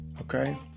okay